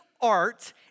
art